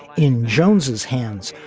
in jones's hands,